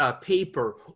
paper